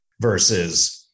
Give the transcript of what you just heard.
versus